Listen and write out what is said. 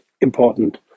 important